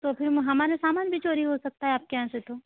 तो फिर हमारे सामान भी चोरी हो सकता है आपके यहाँ से तो